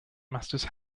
masters